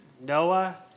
Noah